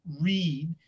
read